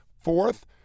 Fourth